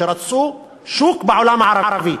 שרצו שוק בעולם הערבי,